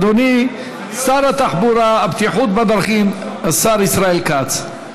אדוני שר התחבורה והבטיחות בדרכים, השר ישראל כץ.